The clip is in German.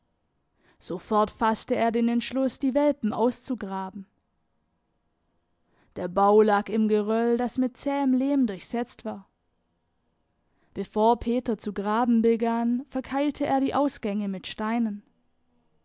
sofort faßte er den entschluß die welpen auszugraben der bau lag im geröll das mit zähem lehm durchsetzt war bevor peter zu graben begann verkeilte er die ausgänge mit steinen